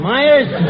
Myers